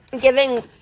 Giving